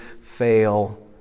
fail